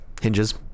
hinges